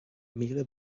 míle